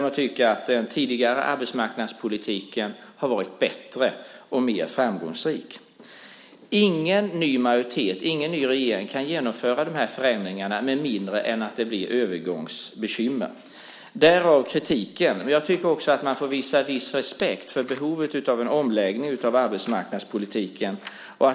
Man tycker att den tidigare arbetsmarknadspolitiken har varit bättre och mer framgångsrik. Ingen ny majoritet, ingen ny regering, kan genomföra de här förändringarna med mindre än att det blir övergångsbekymmer. Därav kritiken. Jag tycker att man också får visa viss respekt för behovet av en omläggning av arbetsmarknadspolitiken.